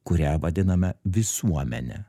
kurią vadiname visuomene